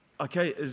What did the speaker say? okay